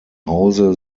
hause